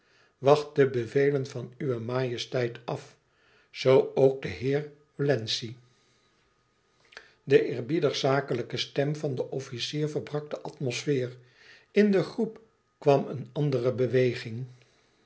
de bevelen van uwe majesteit af zoo ook de heer wlenzci de eerbiedig zakelijke stem van den officier verbrak de atmosfeer in de groep kwam een andere beweging